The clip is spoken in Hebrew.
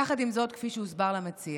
יחד עם זאת, כפי שהוסבר למציע,